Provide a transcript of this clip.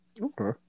okay